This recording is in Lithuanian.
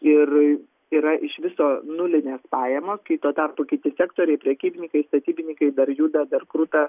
ir yra iš viso nulinės pajamos kai tuo tarpu kiti sektoriai prekybininkai statybininkai dar juda dar kruta